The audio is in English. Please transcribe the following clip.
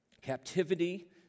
captivity